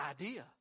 idea